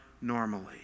normally